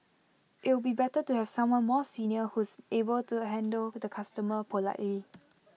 it'll be better to have someone more senior who's able to handle the customer politely